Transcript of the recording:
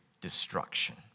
destruction